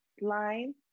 line